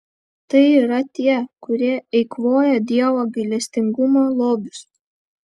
tai yra tie kurie eikvoja dievo gailestingumo lobius